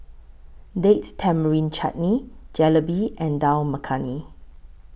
Date Tamarind Chutney Jalebi and Dal Makhani